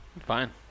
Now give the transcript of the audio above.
fine